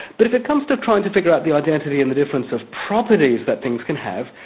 but if it comes to trying to figure out the identity and the difference of properties that things can have,